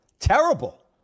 Terrible